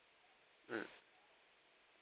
mm